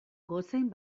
gotzain